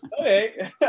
Okay